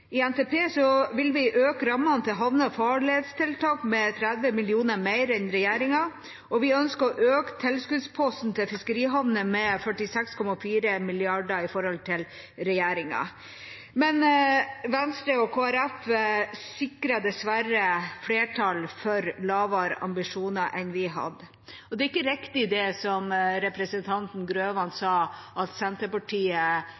I NTP vil vi øke rammene til havne- og farledstiltak med 30 mill. kr mer enn regjeringa, og vi ønsker å øke tilskuddsposten til fiskerihavner med 46,4 mrd. i forhold til regjeringa. Venstre og Kristelig Folkeparti sikrer dessverre flertall for lavere ambisjoner enn vi hadde, og det er ikke riktig, det som representanten Grøvan